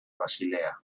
basilea